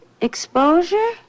exposure